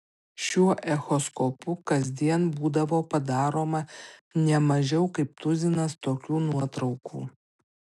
šiuo echoskopu kasdien būdavo padaroma ne mažiau kaip tuzinas tokių nuotraukų